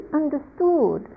understood